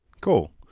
Cool